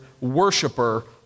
worshiper